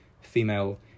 female